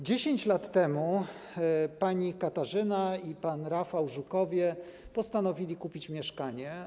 10 lat temu państwo Katarzyna i Rafał Żukowie postanowili kupić mieszkanie.